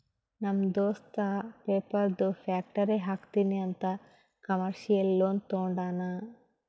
ನಮ್ ದೋಸ್ತ ಪೇಪರ್ದು ಫ್ಯಾಕ್ಟರಿ ಹಾಕ್ತೀನಿ ಅಂತ್ ಕಮರ್ಶಿಯಲ್ ಲೋನ್ ತೊಂಡಾನ